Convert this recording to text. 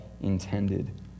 intended